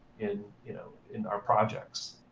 in you know in our projects.